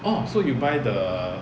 orh so you buy the